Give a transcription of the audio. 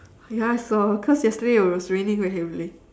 ya saw cause yesterday it was raining very heavily